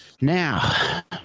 Now